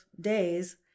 days